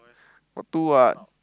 got two [what]